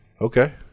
Okay